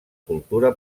cultura